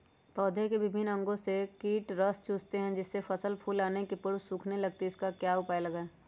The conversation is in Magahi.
पौधे के विभिन्न अंगों से कीट रस चूसते हैं जिससे फसल फूल आने के पूर्व सूखने लगती है इसका क्या उपाय लगाएं?